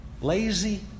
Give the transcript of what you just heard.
lazy